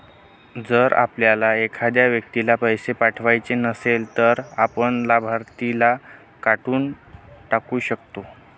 जर आपल्याला एखाद्या व्यक्तीला पैसे पाठवायचे नसेल, तर आपण लाभार्थीला काढून टाकू शकतो